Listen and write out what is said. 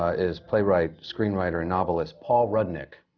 ah is playwright-screenwriter-novelist paul rudnick,